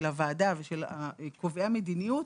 של הוועדה ושל קובעי המדיניות,